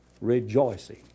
Rejoicing